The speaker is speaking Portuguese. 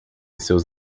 seus